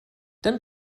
dann